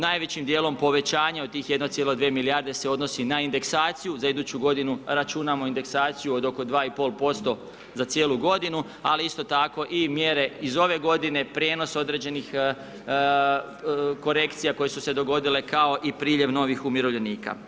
Najvećim dijelom povećanje od tih 1,2 milijarde se odnosi na indeksaciju, za iduću g. računima indeksaciju od oko 2,54% za cijelu g. ali isto tako i mjere iz ove g. prijenos određenih korekcija, koje su se dogodile kao i priljev novih umirovljenika.